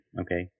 okay